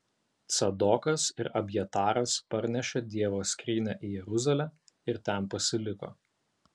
cadokas ir abjataras parnešė dievo skrynią į jeruzalę ir ten pasiliko